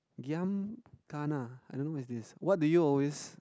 giam kana I don't know what is this what do you always